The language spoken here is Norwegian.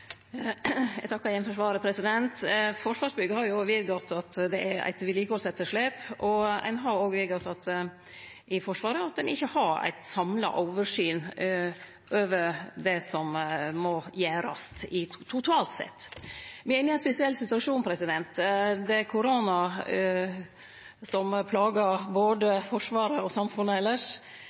Eg takkar igjen for svaret. Forsvarsbygg har vedgått at det er eit vedlikehaldsetterslep. Forsvaret har òg vedgått at ein ikkje har eit samla oversyn over det som må gjerast totalt sett. Me er i ein spesiell situasjon. Det er koronapandemi, som plagar både Forsvaret og samfunnet elles.